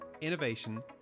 innovation